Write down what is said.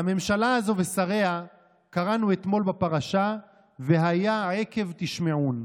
על הממשלה הזו ושריה קראנו אתמול בפרשה: "והיה עקב תשמעון".